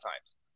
times